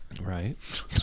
Right